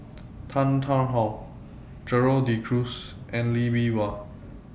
Tan Tarn How Gerald De Cruz and Lee Bee Wah